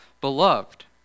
beloved